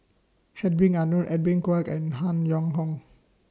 Hedwig Anuar Edwin Koek and Han Yong Hong